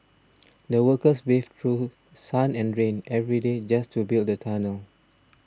the workers braved through sun and rain every day just to build the tunnel